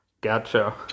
Gotcha